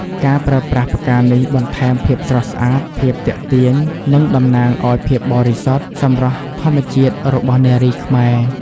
ការប្រើប្រាស់ផ្កានេះបន្ថែមភាពស្រស់ស្អាត ភាពទាក់ទាញ និងតំណាងឱ្យភាពបរិសុទ្ធ សម្រស់ធម្មជាតិរបស់នារីខ្មែរ។